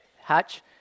hatch